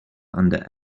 under